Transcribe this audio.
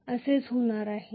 हे असेच होणार आहे